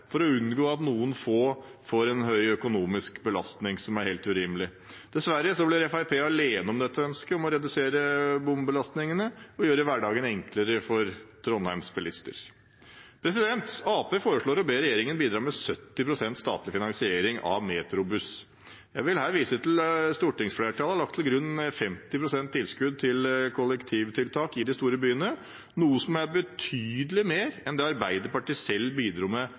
for å unngå at noen får en stor økonomisk belastning som er helt urimelig. Dessverre blir Fremskrittspartiet alene om dette ønsket om å redusere bompengebelastningen og gjøre hverdagen enklere for Trondheims bilister. Arbeiderpartiet foreslår å be regjeringen bidra med 70 pst. statlig finansiering av MetroBuss. Jeg vil her vise til at stortingsflertallet har lagt til grunn 50 pst. tilskudd til kollektivtiltak i de store byene, noe som er betydelig mer enn det Arbeiderpartiet bidro med